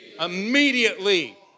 Immediately